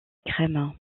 crème